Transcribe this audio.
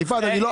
תיראו,